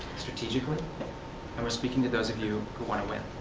strategically, and we are speaking to those of you who want to win.